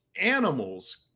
animals